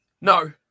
No